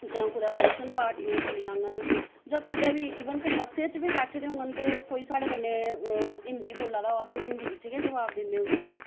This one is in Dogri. जां कुदै फंक्शन पार्टियें गी चली जाङन जां कुदै बी जां ईवन की बस्स च गै बैठे दे होन तां कोई साढ़े कन्नै हिंदी बोल्ला दा होग तां अस बी हिंदी च गै जवाब दिन्ने उसी